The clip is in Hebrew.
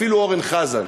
אפילו אורן חזן.